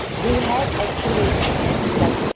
we had actually like,